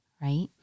right